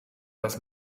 das